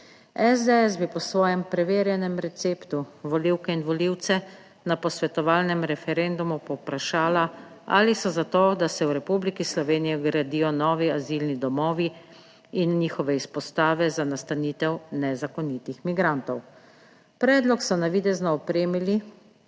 SDS bi po svojem preverjenem receptu volivke in volivce na posvetovalnem referendumu povprašala, ali so za to, da se v Republiki Sloveniji gradijo novi azilni domovi in 52. TRAK: (SB) – 13.15 (Nadaljevanje) njihove izpostave za nastanitev nezakonitih migrantov. Predlog so navidezno opremili